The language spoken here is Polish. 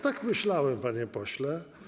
Tak myślałem, panie pośle.